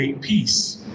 peace